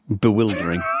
Bewildering